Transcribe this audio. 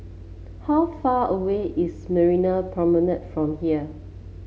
how far away is Marina Promenade from here